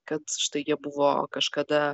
kad štai jie buvo kažkada